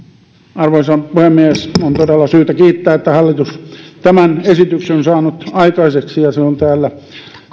arvoisa puhemies on todella syytä kiittää että hallitus tämän esityksen on saanut aikaiseksi ja se on täällä